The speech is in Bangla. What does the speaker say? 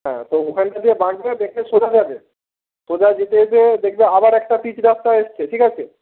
হ্যাঁ তো ওখানটা দিয়ে বাঁকবে বেঁকে সোজা যাবে সোজা যেতে যেতে দেখবে আবার একটা পিচ রাস্তা এসেছে ঠিক আছে